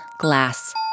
glass